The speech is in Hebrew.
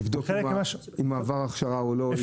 לבדוק את הוא עבר הכשרה או לא,